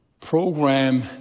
program